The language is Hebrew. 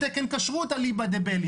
אין מישהו בזום?